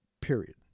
Period